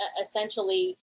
essentially